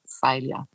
failure